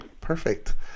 Perfect